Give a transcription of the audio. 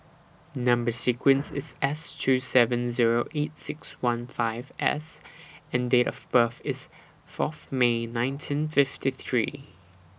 Number sequence IS S two seven Zero eight six one five S and Date of birth IS Fourth May nineteen fifty three